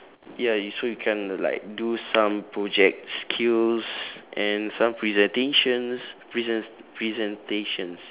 ya you so you can like do some projects skills and some presentations present presentations